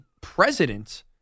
president